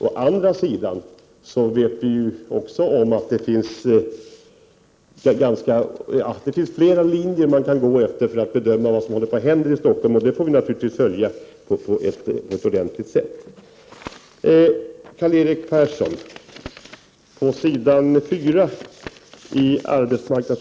Å andra = Prot. 1988/89:45 sidan finns det flera alternativ när det gäller att bedöma utvecklingen i 14 december 1988 Stockholm. Naturligtvis måste vi göra en noggrann uppföljning i detta avseende.